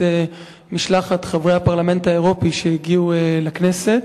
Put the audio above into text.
משלחת חברי הפרלמנט האירופי שהגיעו לכנסת.